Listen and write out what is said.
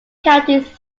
counties